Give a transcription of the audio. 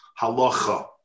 halacha